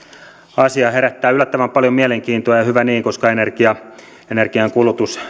asia herättää yllättävän paljon mielenkiintoa ja hyvä niin koska energia energiankulutus